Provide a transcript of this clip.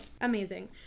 Amazing